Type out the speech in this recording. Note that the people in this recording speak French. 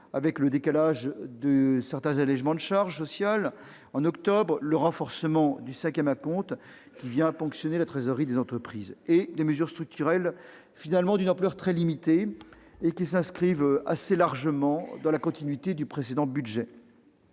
avec le décalage de certains allégements de charges sociales en octobre et le renforcement du cinquième acompte d'impôt sur les sociétés, qui vient ponctionner la trésorerie des entreprises ; des mesures structurelles d'ampleur très limitée et s'inscrivant assez largement dans la continuité du précédent budget.